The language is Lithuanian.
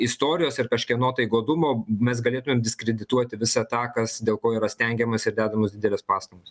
istorijos ir kažkieno tai godumo mes galėtumėm diskredituoti visą tą kas dėl ko yra stengiamasi ir dedamos didelės pastangos